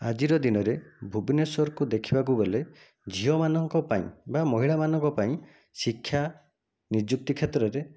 ଆଜିର ଦିନରେ ଭୁବନେଶ୍ୱରକୁ ଦେଖିବାକୁ ଗଲେ ଝିଅମାନଙ୍କ ପାଇଁ ବା ମହିଳାମାନଙ୍କ ପାଇଁ ଶିକ୍ଷା ନିଯୁକ୍ତି କ୍ଷେତ୍ରରେ